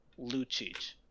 Lucic